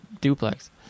duplex